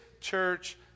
church